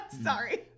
Sorry